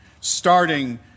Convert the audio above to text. starting